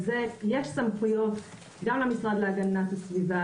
יש סמכויות גם למשרד להגנת הסביבה,